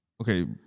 Okay